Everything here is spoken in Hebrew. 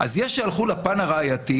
יש שהלכו לפן הראייתי.